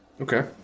okay